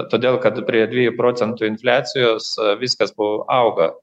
todėl kad prie dviejų procentų infliacijos viskas buvo auga